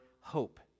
hope